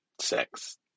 sex